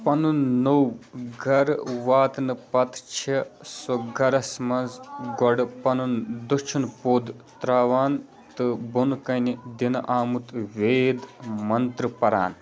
پنُن نوٚو گرٕ واتنہٕ پتہٕ چھِ سۄ گَرس منٛز گۄڈٕ پنُن دٔچُھن پوٚد ترٛاوان تہٕ بۄنہٕ کَنہِ دِنہٕ آمُت وید منتٕر پران